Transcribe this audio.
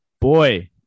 boy